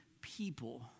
people